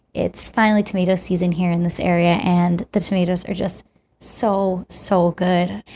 it's finally tomato season here in this area, and the tomatoes are just so, so good.